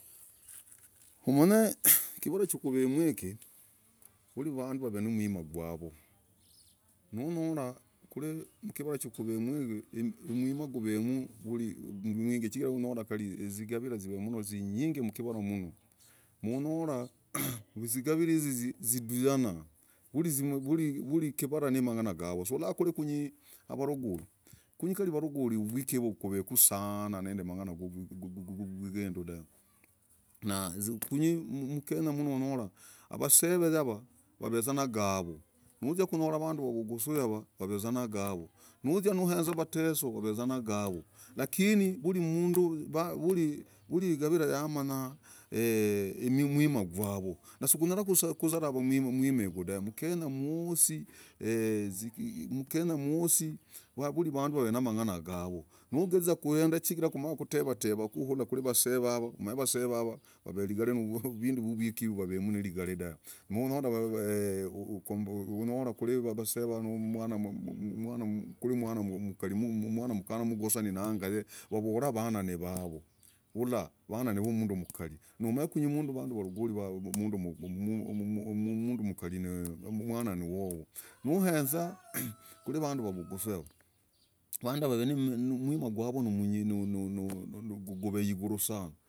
Umanye ikivara cha kovemu yike vuri avandu vave numwima gwavo. numwima kure mkivara cha kovemu yere umwima. jivemu kari umwinge chigira kari nonyora izigavira zeve muno izinyinge mkivara mno. Monyora izigavira izi ziduyana. vuri ikavara namangana gavo. Sola kunye avarogori. kunye kari avarogori kunye avarogori uvwiko yevu koveku sana. Na mkenya mno onyora avaseve yava vaveza na gavo. nuzia konyora avandu vavugusu yava vaveza na gavo, nuzia nohenga avateso vaveza nagavo. Lakini vuri igavira yamanya umwima gwavo sikunyara kuzarava umwima yigu dave. mukenya mwosi vuri avandu vave namangana gavo. nujagaza kohenda chigira kumanya kutevateva. uhula kure avaseve yava umanye avaseve yava vave igare muvindu vyuvwiko yive vavemu igare daa monyora onyora kure avase yava umwana mukana nogosani nay vavora avana n vavo uhula vavora avana ni vumundu mukari. na umanye kunye avandu varogori umundu mukari avana navavo. nohwnza kure avandu vavugusu yava avandu yava umwima gwavo gove iguru sana.